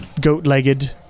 goat-legged